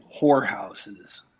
whorehouses